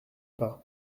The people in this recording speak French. pas